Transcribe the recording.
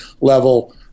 level